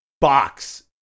box